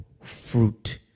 fruit